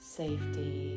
safety